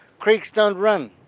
creeks don't run,